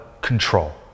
control